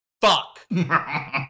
fuck